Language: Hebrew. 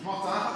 לשמור לך צלחת?